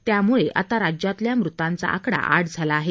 त्यामुळे आता राज्यातल्या मृतांचा आकडा सात झाला आहे